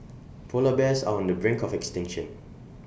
Polar Bears are on the brink of extinction